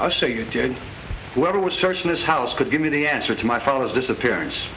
our so you did whoever was searching this house could give me the answer to my father's disappearance